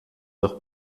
leur